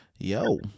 Yo